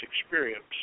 experience